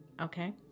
okay